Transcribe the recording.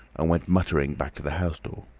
and went muttering back to the house door.